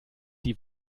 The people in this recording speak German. die